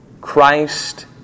Christ